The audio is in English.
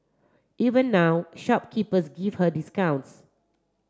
even now shopkeepers give her discounts